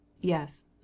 Yes